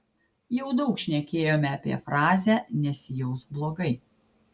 jau daug šnekėjome apie frazę nesijausk blogai